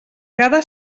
cada